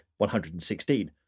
116